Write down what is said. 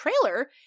trailer